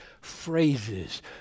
phrases